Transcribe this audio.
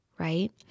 Right